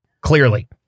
clearly